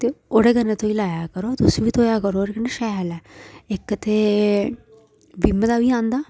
ते ओह्दे कन्नै तुसी लै करो तुसी बी धोयै करो ओह्दे कन्नै शैल ऐ इक ते विम दा बी आंदा